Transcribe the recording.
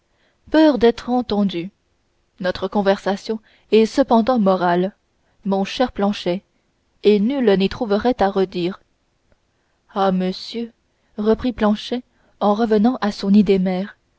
peur d'être entendu notre conversation est cependant morale mon cher planchet et nul n'y trouverait à redire ah monsieur reprit planchet en revenant à son idée mère